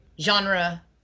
genre